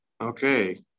okay